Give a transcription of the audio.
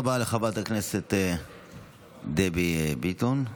תודה רבה לחברת הכנסת דבי ביטון.